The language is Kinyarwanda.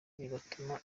bigatuma